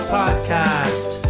podcast